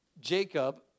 Jacob